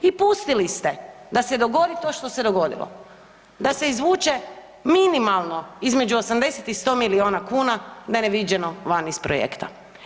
I pustili ste da se dogodi to što se dogodilo, da se izvuče minimalno između 80 i 100 miliona kuna na neviđeno van iz projekta.